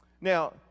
Now